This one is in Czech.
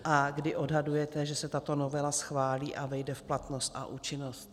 A kdy odhadujete, že se tato novela schválí a vejde v platnost a v účinnost?